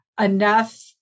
enough